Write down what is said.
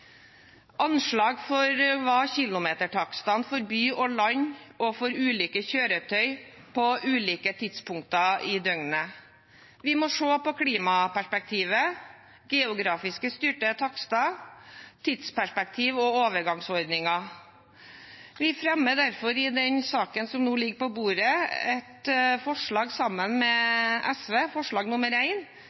anslag for hva kilometertakstene blir for by og land og for ulike kjøretøy på ulike tidspunkt i døgnet. Vi må se på klimaperspektivet, geografisk styrte takster, tidsperspektiv og overgangsordninger. Vi fremmer derfor i den saken som nå ligger på bordet, et forslag sammen med SV, forslag